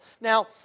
Now